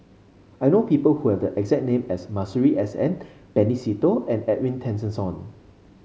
I know people who have the exact name as Masuri S N Benny Se Teo and Edwin Tessensohn